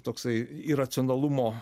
toksai iracionalumo